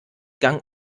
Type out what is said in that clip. gang